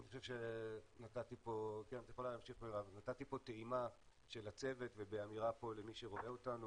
אני חושב שנתתי פה טעימה של הצוות ובאמירה פה למי שרואה אותנו,